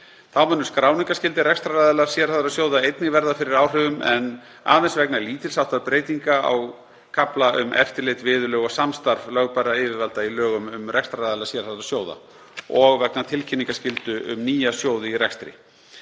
Þá munu skráningarskyldir rekstraraðilar sérhæfðra sjóða einnig verða fyrir áhrifum, en aðeins vegna lítils háttar breytinga á kafla um eftirlit, viðurlög og samstarf lögbærra yfirvalda í lögum um rekstraraðila sérhæfðra sjóða og vegna tilkynningarskyldu um nýja sjóði í rekstri.